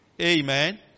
Amen